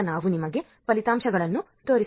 ಈಗ ನಾವು ನಿಮಗೆ ಫಲಿತಾಂಶಗಳನ್ನು ತೋರಿಸೋಣ